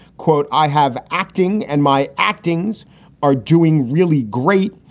quote, i have acting and my acting's are doing really great.